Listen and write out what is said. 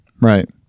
Right